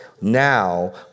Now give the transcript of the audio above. now